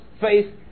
faith